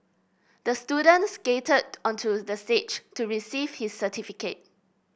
the student skated onto the stage to receive his certificate